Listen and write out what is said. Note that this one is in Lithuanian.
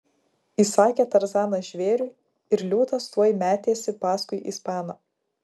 įsakė tarzanas žvėriui ir liūtas tuoj metėsi paskui ispaną